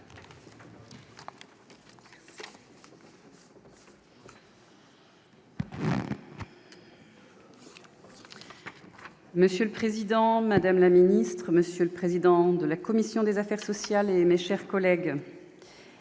Monsieur le président, madame la ministre, monsieur le président de la commission des affaires sociales, mes chers collègues,